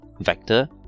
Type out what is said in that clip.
vector